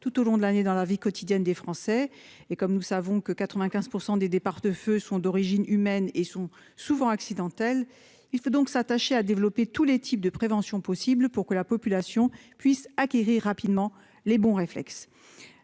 tout au long de l'année dans la vie quotidienne des Français. Et comme nous savons que 95% des départs de feux sont d'origine humaine et sont souvent accidentelle. Il faut donc s'attacher à développer tous les types de préventions possibles pour que la population puisse acquérir rapidement les bons réflexes.